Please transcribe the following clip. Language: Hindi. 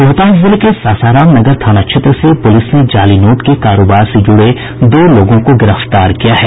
रोहतास जिले के सासाराम नगर थाना क्षेत्र से पुलिस ने जाली नोट के कारोबार से जुड़े दो लोगों को गिरफ्तार किया है